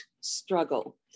struggle